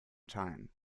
time